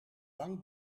bang